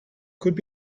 could